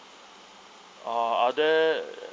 uh are there